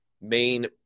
main